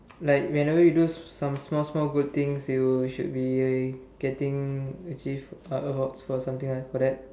like whenever you do some small small good things you should be getting achieve awards for something for that